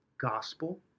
gospel